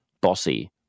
bossy